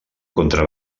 contra